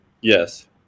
Yes